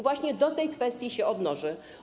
Właśnie do tej kwestii się odnoszę.